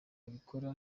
abikora